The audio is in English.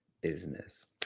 business